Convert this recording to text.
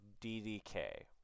DDK